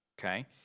okay